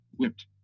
whipped